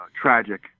Tragic